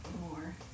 more